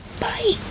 Bye